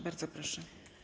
Bardzo proszę.